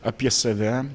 apie save